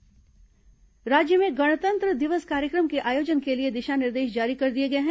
गणतंत्र दिवस राज्य में गणतंत्र दिवस कार्यक्रम के आयोजन के लिए दिशा निर्देश जारी कर दिए गए हैं